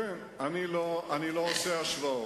כי ראינו כבר